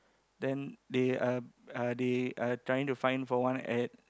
then they are uh they are trying to find for one at